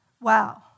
Wow